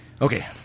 Okay